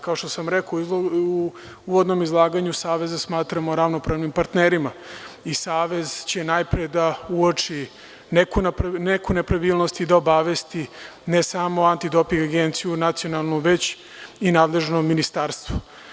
Kao što sam rekao u uvodnom izlaganju, saveze smatramo ravnopravnim partnerima i savez će najpre da uoči neku nepravilnost i da obavesti ne samo Antidoping agenciju nacionalnu, već i nadležno ministarstvo.